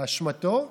באשמתו,